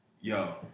yo